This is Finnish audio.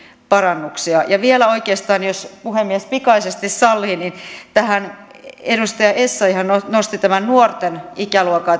parannuksia ja vielä oikeastaan pikaisesti jos puhemies sallii tähän kun edustaja essayah nosti tämän nuorten ikäluokan